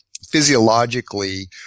physiologically